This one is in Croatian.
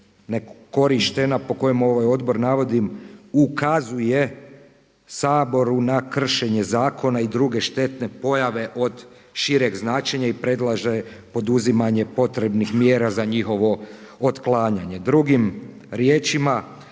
ne korištena po kojem ovaj odbor navodim ukazuje Saboru na kršenje zakona i druge štetne pojave od šireg značenja i predlaže poduzimanje potrebnih mjera za njihovo otklanjanje.